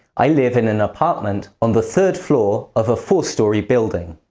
i live in an apartment on the third floor of a four-storey building.